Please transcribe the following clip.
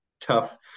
tough